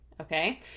Okay